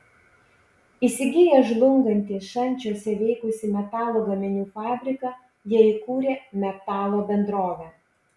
įsigiję žlungantį šančiuose veikusį metalo gaminių fabriką jie įkūrė metalo bendrovę